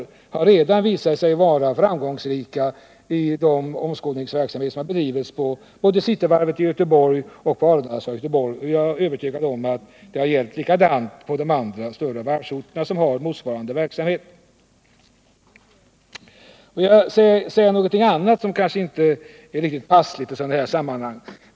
De har redan visat sig vara framgångsrika i den omskolningsverksamhet som har bedrivits både vid Cityvarvet i Göteborg och vid Arendalsvarvet i Göteborg. Jag är övertygad om att detsamma gäller även övriga stora varvsorter som har motsvarande verksamhet. Får jag nu säga någonting annat, som kanske inte är riktigt ”passligt” i sådana sammanhang.